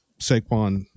Saquon